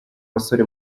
basore